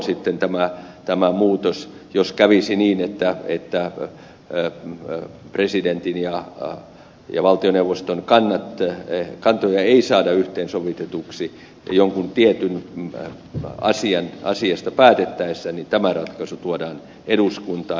tällöin tämän perustuslakimuutoksen vaikutuksesta jos kävisi niin että presidentin ja valtioneuvoston kantoja ei saada sovitetuksi yhteen jostakin tietystä asiasta päätettäessä tämä ratkaisu tuodaan eduskuntaan